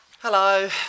hello